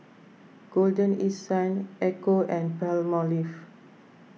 Golden East Sun Ecco and Palmolive